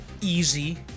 easy